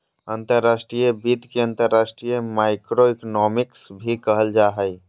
अंतर्राष्ट्रीय वित्त के अंतर्राष्ट्रीय माइक्रोइकोनॉमिक्स भी कहल जा हय